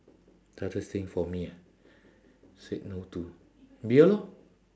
hardest thing for me ah said no to beer lor